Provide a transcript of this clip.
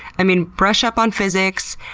i mean, brush up on physics,